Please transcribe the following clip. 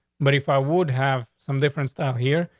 but if i would have some difference down here,